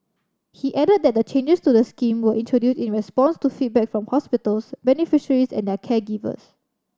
he added that the changes to the scheme were introduced in response to feedback from hospitals beneficiaries and their caregivers